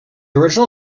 original